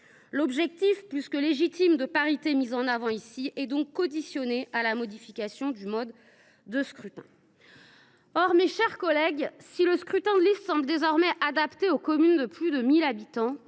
L’objectif, plus que légitime, de la parité, mis en avant par les auteurs des textes, est donc subordonné à la modification du mode de scrutin. Or, mes chers collègues, si le scrutin de liste semble désormais adapté aux communes de plus de 1 000 habitants,